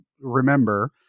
remember